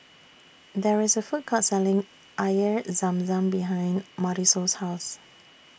There IS A Food Court Selling Air Zam Zam behind Marisol's House